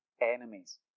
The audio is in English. enemies